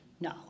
No